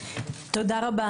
תודה רבה.